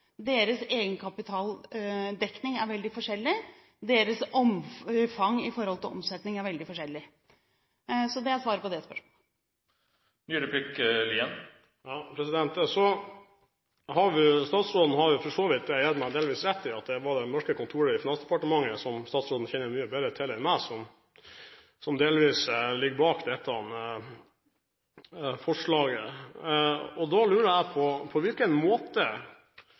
Deres egenkapitaldekning er veldig forskjellig, og deres omfang når det gjelder omsetning, er veldig forskjellig – så det er svaret på det spørsmålet. Statsråden har for så vidt delvis rett i – og det er jeg enig i – at det var det norske kontoret i Finansdepartementet, som statsråden kjenner mye bedre til enn meg, som delvis står bak dette forslaget. Da lurer jeg på: På hvilken måte